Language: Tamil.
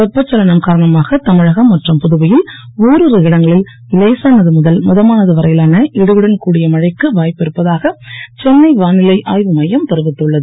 வெப்பச் சலனம் காரணமாக தமிழகம் மற்றும் புதுவையில் ஒரிரு இடங்களில் லேசானது முதல் மிதமானது வரையிலான இடியுடன் கூடிய மழைக்கு வாய்ப்பு இருப்பதாக சென்னை வானிலை ஆய்வு மையம் தெரிவித்துள்ளது